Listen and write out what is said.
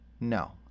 no